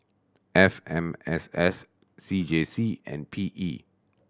F M S S C J C and P E